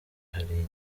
hari